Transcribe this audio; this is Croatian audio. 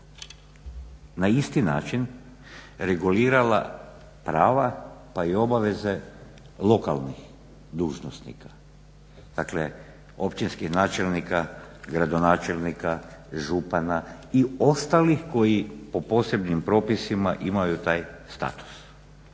na isti način regulirala prava pa i obaveze lokalnih dužnosnika. Dakle, općinski načelnika, gradonačelnika, župana i ostalih koji po posebnim propisima imaju taj status.